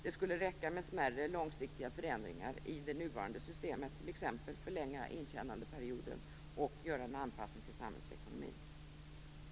Det skulle räcka med smärre, långsiktiga förändringar i det nuvarande systemet, t.ex. att förlänga intjänandeperioden och göra en anpassning till samhällsekonomin.